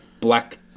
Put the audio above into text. black